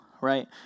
right